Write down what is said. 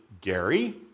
Gary